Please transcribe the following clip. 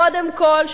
קודם כול,